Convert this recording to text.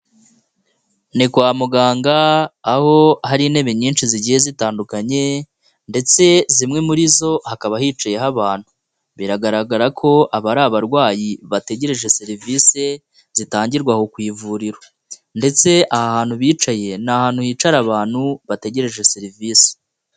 Ni kwa muganga aho hari intebe nyinshi zigiye zitandukanye ndetse zimwe muri zo hakaba hicayeho abantu. Biragaragara ko aba ari abarwayi bategereje serivisi zitangirwa aho ku ivuriro. Ndetse aha hantu bicaye, ni ahantu hicara abantu bategereje serivisi.